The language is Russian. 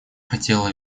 хотела